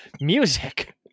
music